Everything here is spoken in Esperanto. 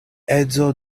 edzo